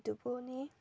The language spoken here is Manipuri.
ꯑꯗꯨꯕꯨꯅꯤ